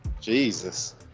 Jesus